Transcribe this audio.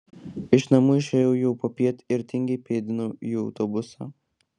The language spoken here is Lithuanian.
iš namų išėjau jau popiet ir tingiai pėdinau į autobusą